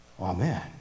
Amen